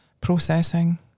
processing